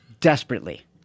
Desperately